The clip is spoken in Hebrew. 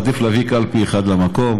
עדיף להביא קלפי אחד למקום,